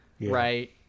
Right